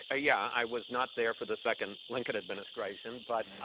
ah yeah, i was not there for the second lincoln administration, but,